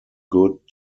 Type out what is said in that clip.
good